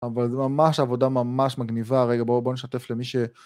אבל זו ממש עבודה ממש מגניבה, רגע בואו נשתף למי ש...